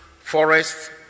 forests